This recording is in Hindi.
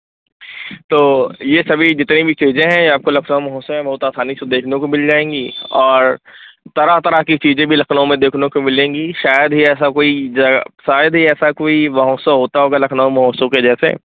तो यह सभी जितनी भी चीज़ें हैं यह आपको लखनऊ महोत्सव में बहुत ही आसानी से देखने को मिल जाएंगी और तरह तरह की चीज़ें भी लखनऊ में देखने को मिलेंगी शायद शायद ही ऐसा कोई जगह शायद ही ऐसा कोई महोत्सव होता होगा लखनऊ महोत्सव के जैसे